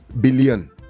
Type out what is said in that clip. billion